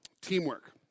Teamwork